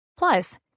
Plus